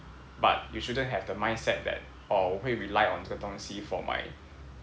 but you shouldn't have the mindset that orh 我会 rely on 这个东西 for my